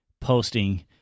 posting